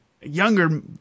younger